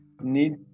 need